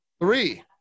Three